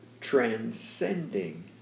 transcending